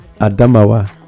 Adamawa